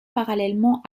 parallèlement